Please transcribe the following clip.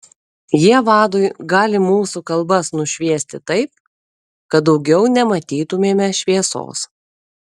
jie vadui gali mūsų kalbas nušviesti taip kad daugiau nematytumėme šviesos